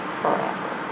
forever